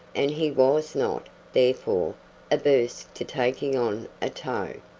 and he was not, therefore, averse to taking on a tow.